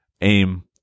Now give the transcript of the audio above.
aim